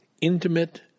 intimate